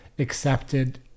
Accepted